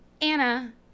anna